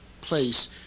place